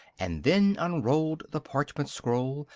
and then unrolled the parchment scroll,